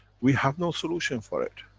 we have no solution for it.